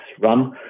run